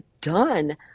done